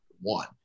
one